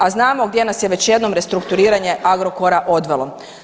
A znam gdje nas je već jedno restrukturiranje Agrokora odvelo.